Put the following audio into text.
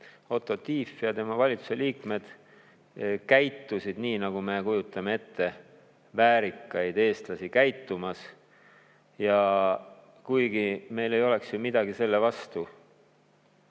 Otto Tief ja tema valitsuse liikmed käitusid nii, nagu me kujutame ette väärikaid eestlasi käitumas. Ja kuigi meil ei oleks ju midagi selle vastu